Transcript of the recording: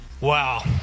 Wow